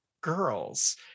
girls